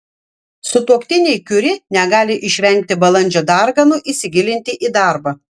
sutuoktiniai kiuri negali išvengti balandžio darganų įsigilinti į darbą